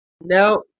No